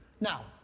Now